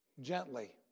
gently